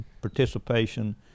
participation